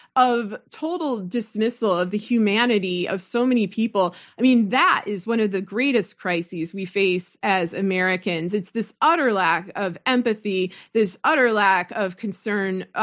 of total dismissal of the humanity of so many people, that is one of the greatest crises we face as americans. it's this utter lack of empathy, this utter lack of concern, ah